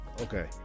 Okay